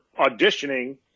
auditioning